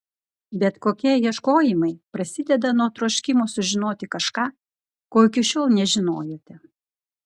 bet kokie ieškojimai prasideda nuo troškimo sužinoti kažką ko iki šiol nežinojote